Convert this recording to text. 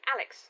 Alex